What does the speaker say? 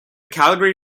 calgary